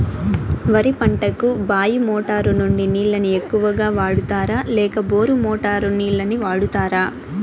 వరి పంటకు బాయి మోటారు నుండి నీళ్ళని ఎక్కువగా వాడుతారా లేక బోరు మోటారు నీళ్ళని వాడుతారా?